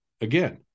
Again